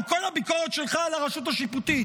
עם כל הביקורת שלך על הרשות השיפוטית,